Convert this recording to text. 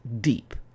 deep